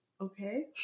okay